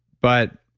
but,